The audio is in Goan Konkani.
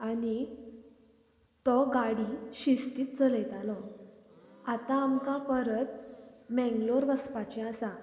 आनी तो गाडी शिस्तीत चलयतालो आता आमकां परत मेंगलोर वचपाचे आसा